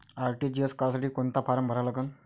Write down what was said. RTGS करासाठी कोंता form भरा लागन?